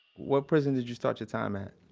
what prison did you start your time at?